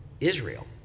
Israel